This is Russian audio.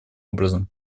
образом